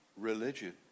religion